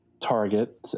target